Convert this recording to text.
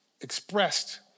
expressed